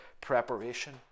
preparation